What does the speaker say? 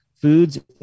foods